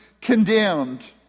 condemned